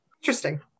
Interesting